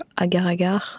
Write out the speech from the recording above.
Agar-Agar